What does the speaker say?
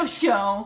show